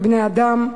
בני-אדם,